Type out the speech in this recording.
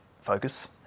focus